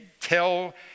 tell